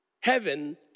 Heaven